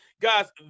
Guys